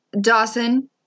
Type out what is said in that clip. Dawson –